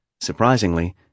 Surprisingly